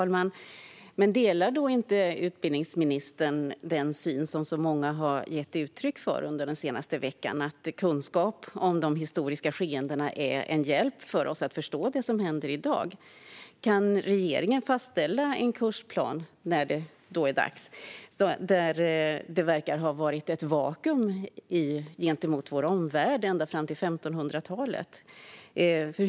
Fru talman! Delar då inte utbildningsministern den syn som så många har gett uttryck för under den senaste veckan? Man menar att kunskap om de historiska skeendena är en hjälp för oss att förstå det som händer i dag. Kan regeringen fastställa en kursplan, när det är dags, enligt vilken det verkar ha varit ett vakuum gentemot vår omvärld ända fram till 1500-talet?